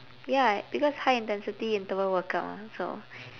ya because high intensity interval workout mah so